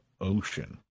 ocean